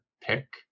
pick